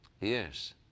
yes